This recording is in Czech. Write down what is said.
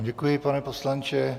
Děkuji vám, pane poslanče.